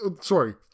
sorry